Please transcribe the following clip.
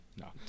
No